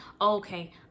Okay